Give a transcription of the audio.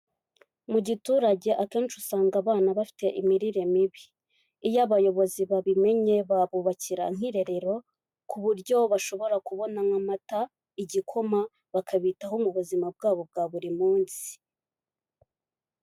Mu giturage akenshi usanga abana bafite imirire mibi. Iyo abayobozi babimenye babubakira nk'irerero, ku buryo bashobora kubona nk'amata, igikoma, bakabitaho mu buzima bwabo bwa buri munsi.